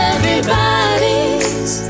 Everybody's